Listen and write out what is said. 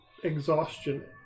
Exhaustion